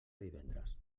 divendres